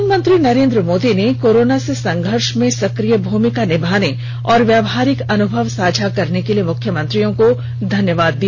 प्रधानमंत्री मोदी ने कोरोना से संघर्ष में सक्रिय भूमिका निमाने और व्यावहारिक अनुभव साझा करने के लिए मुख्यमंत्रियों को धन्यवाद दिया